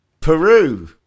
Peru